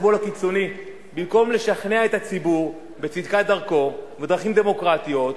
במקום לשכנע את הציבור בצדקת דרכו בדרכים דמוקרטיות,